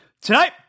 Tonight